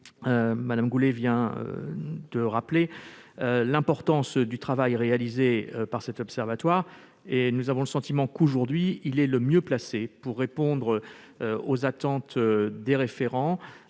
Mme Goulet vient de rappeler l'importance du travail réalisé par cet observatoire : nous avons le sentiment qu'il est aujourd'hui le mieux placé pour répondre aux attentes des référents